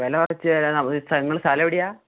വില കുറച്ചുതരാം നിങ്ങളുടെ സ്ഥലം എവിടെയാണ്